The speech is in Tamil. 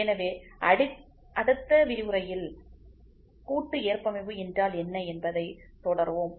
எனவே அடுத்த விரிவுரையில் கூட்டு ஏற்பமைவு என்றால் என்ன என்பதைத் தொடர்வோம்